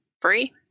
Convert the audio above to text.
free